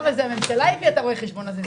הממשלה הביאה את רואה החשבון הזה.